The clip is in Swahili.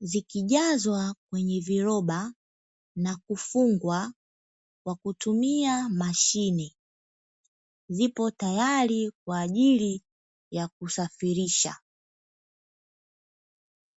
zikijazwa kwenye viroba na kufungwa kwa kutumia mashine, zipo tayari kwa ajili ya kusafirisha.